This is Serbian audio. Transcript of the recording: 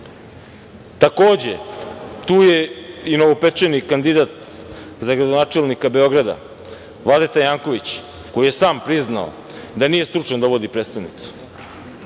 tu je i novopečeni kandidat za gradonačelnika Beograda, Vladeta Janković, koji je sam priznao da nije stručan da vodi prestonicu.